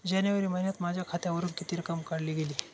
जानेवारी महिन्यात माझ्या खात्यावरुन किती रक्कम काढली गेली?